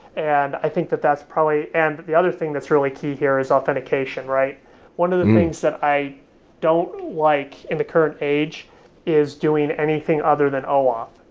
and i think that that's probably and the other thing that's really key here is authentication. one of the things that i don't like in the current age is doing anything other than oauth,